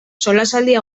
solasaldia